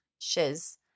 shiz